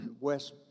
West